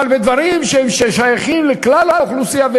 אבל בדברים ששייכים לכלל האוכלוסייה,